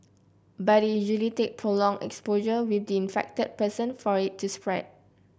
but it usually take prolonged exposure with the infected person for it to spread